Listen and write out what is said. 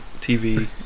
TV